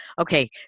Okay